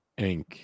Inc